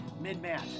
mid-match